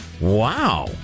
Wow